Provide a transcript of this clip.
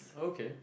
okay